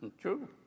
true